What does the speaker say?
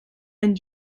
and